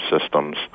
systems